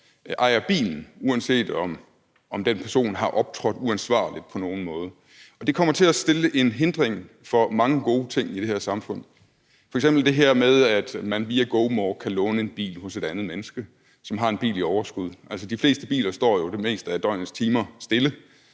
ejer bilen, uanset om den person har optrådt uansvarligt på nogen måde eller ej, og det kommer til at stille en hindring op for mange gode ting i det her samfund. Det er f.eks. det her med, at man via GoMore kan låne en bil hos et andet menneske, som har en bil i overskud. Altså, de fleste biler står det meste af døgnets timers stille,